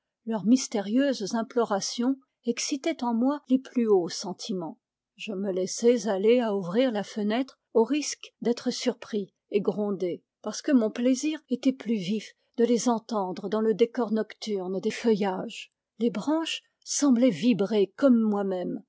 leurs mystérieuses implorations excitaient en moi les plus hauts sentiments je me laissais aller à ouvrir la fenêtre au risque d'être surpris et grondé parce que mon plaisir était plus vif de les entendre dans le décor nocturne des feuillages les branches semblaient vibrer comme moi-même